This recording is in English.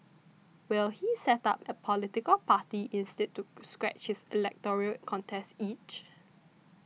will he set up a political party instead to scratch his electoral contest itch